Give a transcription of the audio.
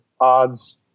odds